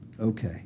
okay